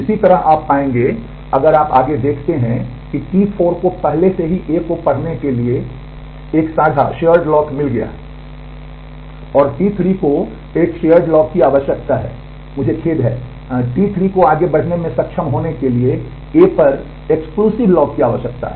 इसी तरह आप पाएंगे कि अगर आप आगे देखते हैं कि टी 4 को पहले से ही A को पढ़ने के लिए एक साझा लॉक मिल गया है और T 3 को एक साझा लॉक की आवश्यकता है मुझे खेद है T3 को आगे बढ़ने में सक्षम होने के लिए ए पर एक्सक्लूसिव लॉक की आवश्यकता है